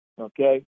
Okay